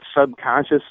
subconscious